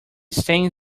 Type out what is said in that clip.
stain